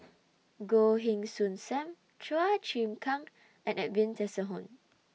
Goh Heng Soon SAM Chua Chim Kang and Edwin Tessensohn